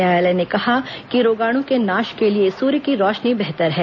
न्यायालय ने कहा कि रोगाणु के नाश के लिए सूर्य की रोशनी बेहतर है